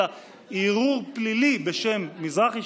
אלא ערעור פלילי בשם מזרחי,